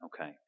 Okay